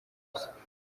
gusa